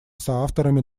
соавторами